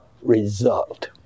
result